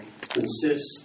consists